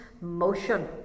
motion